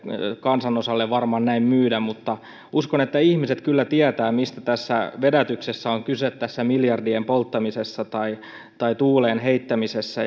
kansanosalle varmaan näin myydä mutta uskon että ihmiset kyllä tietävät mistä tässä vedätyksessä on kyse tässä miljardien polttamisessa tai tai tuuleen heittämisessä